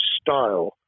style